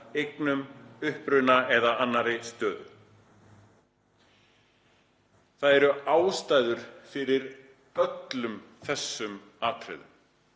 eignum, uppruna eða annarri stöðu.“ Það eru ástæður fyrir öllum þessum atriðum.